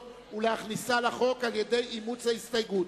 ולהכניסה לחוק על-ידי אימוץ ההסתייגות.